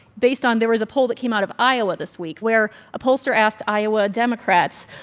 based on there was a poll that came out of iowa this week, where a pollster asked iowa democrats,